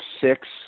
six